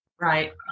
right